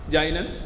Jainan